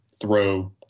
throw